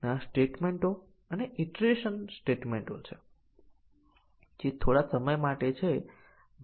અને વધુમાં આપણે સુનિશ્ચિત કરવાની જરૂર છે કે નિર્ણય પોતે જ સાચા અને ખોટા મૂલ્યો મેળવે છે